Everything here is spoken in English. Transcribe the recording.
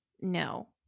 no